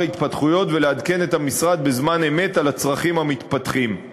ההתפתחויות ולעדכן את המשרד בזמן אמת על הצרכים המתפתחים.